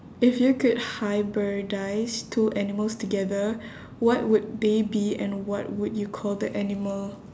if you could hybridise two animals together what would they be and what would you call the animal